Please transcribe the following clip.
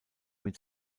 mit